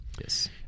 Yes